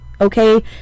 Okay